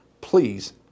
Please